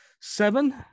seven